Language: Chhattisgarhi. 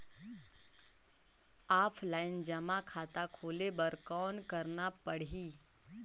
ऑफलाइन जमा खाता खोले बर कौन करना पड़ही?